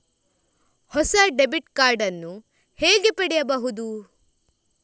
ಹೊಸ debit card ನ್ನು ಹೇಗೆ ಪಡೆಯುದು?